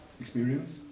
experience